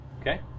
Okay